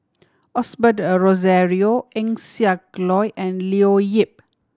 Osbert Rozario Eng Siak Loy and Leo Yip